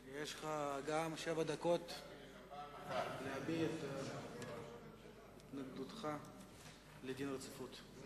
יש לך שבע דקות להביע את התנגדותך להחלת דין רציפות.